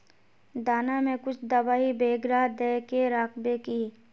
दाना में कुछ दबाई बेगरा दय के राखबे की?